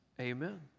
Amen